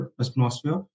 atmosphere